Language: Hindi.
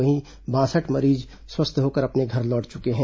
वहीं बासठ मरीज स्वस्थ होकर अपने घर लौट चुके हैं